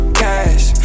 cash